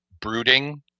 brooding